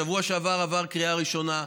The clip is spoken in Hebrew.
בשבוע שעבר עבר קריאה ראשונה,